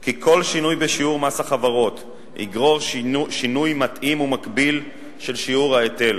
כי כל שינוי בשיעור מס החברות יגרור שינוי מתאים ומקביל של שיעור ההיטל.